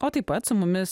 o taip pat su mumis